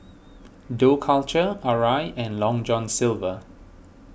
Dough Culture Arai and Long John Silver